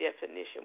definition